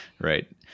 Right